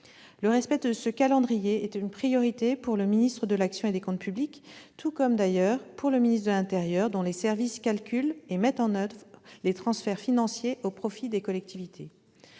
Le respect de ce calendrier est une priorité pour le ministre de l'action et des comptes publics, tout comme d'ailleurs pour le ministre de l'intérieur, dont les services calculent et mettent en oeuvre les transferts financiers au profit des collectivités.